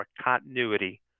continuity